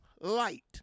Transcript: light